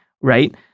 right